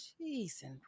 Jesus